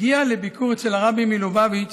הגיעה לביקור אצל הרבי מלובביץ